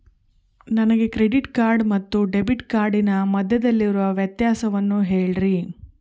ನನಗೆ credit card ಮತ್ತು debit ಕಾರ್ಡಿನ ಮಧ್ಯದಲ್ಲಿರುವ ವ್ಯತ್ಯಾಸವನ್ನು ಹೇಳ್ರಿ?